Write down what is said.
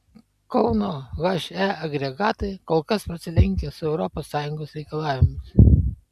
kauno he agregatai kol kas prasilenkia su europos sąjungos reikalavimais